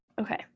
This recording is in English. okay